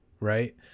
right